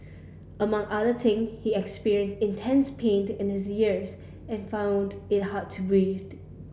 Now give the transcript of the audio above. among other thing he experienced intense pained in his ears and found it hard to breathe